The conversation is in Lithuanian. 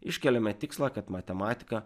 iškeliame tikslą kad matematiką